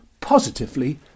positively